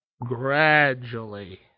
Gradually